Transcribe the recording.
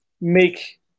make